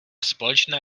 společná